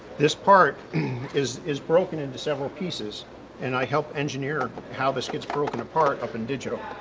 this part is is broken into several pieces and i help engineer how this gets broken apart up in digital.